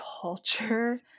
culture